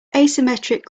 asymmetric